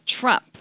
Trump